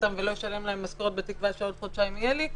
אותם ולא אשלם להם משכורת בתקווה שבעוד חודשיים יהיה לי.